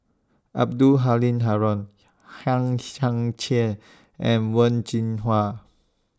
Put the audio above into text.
Abdul Halim Haron Hang Chang Chieh and Wen Jinhua